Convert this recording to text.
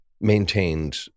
maintained